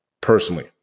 personally